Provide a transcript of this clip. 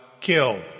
killed